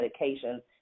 medications